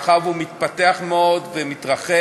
מאחר שהנושא מתפתח מאוד ומתרחב